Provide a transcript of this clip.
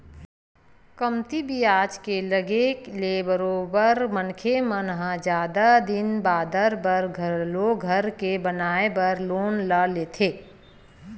कमती बियाज के लगे ले बरोबर मनखे मन ह जादा दिन बादर बर घलो घर के बनाए बर लोन ल लेथे